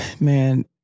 man